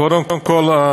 קודם כול,